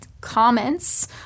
comments